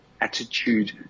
Attitude